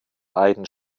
beiden